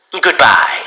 Goodbye